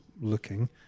looking